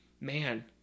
man